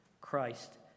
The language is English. Christ